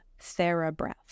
Therabreath